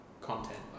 content